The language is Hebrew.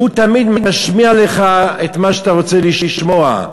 הוא תמיד משמיע לך את מה שאתה רוצה לשמוע,